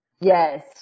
Yes